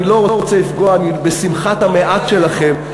אני לא רוצה לפגוע בשמחת המעט שלכם,